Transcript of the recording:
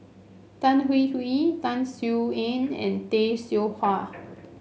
Tan Hwee Hwee Tan Sin Aun and Tay Seow Huah